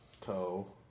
Toe